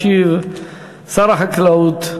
ישיב שר החקלאות,